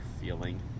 feeling